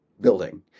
building